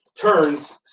turns